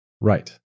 Right